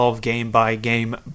game-by-game